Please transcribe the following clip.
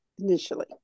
initially